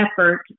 effort